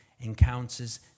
encounters